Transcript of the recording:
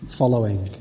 following